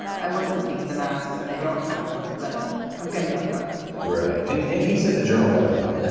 i wasn't looking at the masks and i don't have them, but i'm gonna get them right and and he said the journal got it wrong. and